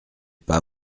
pas